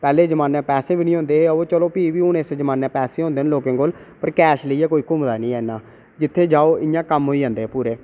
पैह्ले जमाने पैसे बी निं होंदे हे भी बी चलो पैसे होंदे न इस जमाने पर कैश लेइयै कोई घूमदा निं ऐ जित्थै जाओ उ'ऐ कम्म होई जंदे पूरे